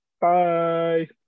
Bye